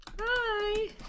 Hi